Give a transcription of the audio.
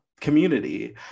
community